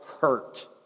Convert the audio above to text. hurt